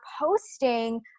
posting